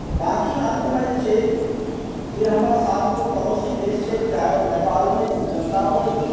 बाँकी अन्तमे जे छै जे हमर सात गो पड़ोसी देश छै चाहे ओ नेपाल होइ श्रीलङ्का होइ